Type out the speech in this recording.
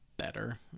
better